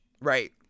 right